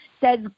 says